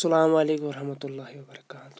اَسَلامُ علیکُم وَرحمتُہ اللہ وَبَرَکاتُہُ